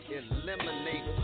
eliminate